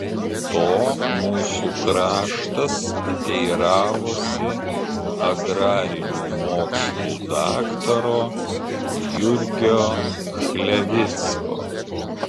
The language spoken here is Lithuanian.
to mūsų kraštas teiravosi agrarinių mokslų daktaro jurgio chlevicko